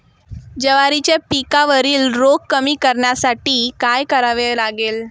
ज्वारीच्या पिकावरील रोग कमी करण्यासाठी काय करावे लागेल?